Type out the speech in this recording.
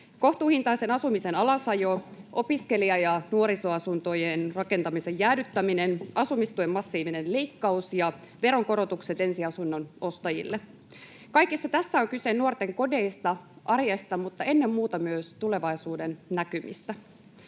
Kohtuuhintaisen asumisen alasajo, opiskelija- ja nuorisoasuntojen rakentamisen jäädyttäminen, asumistuen massiivinen leikkaus ja veronkorotukset ensiasunnon ostajille — kaikessa tässä on kyse nuorten kodeista, arjesta, mutta ennen muuta myös tulevaisuudennäkymistä.